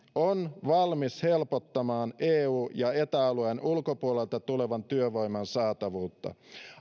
on valmis helpottamaan eu ja ja eta alueen ulkopuolelta tulevan työvoiman saatavuutta